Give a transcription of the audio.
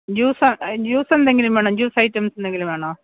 juice juice എന്തെങ്കിലും വേണോ juice items എന്തെങ്കിലും വേണോ